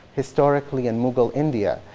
historically and mughal india,